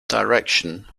direction